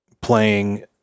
playing